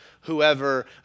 whoever